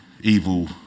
evil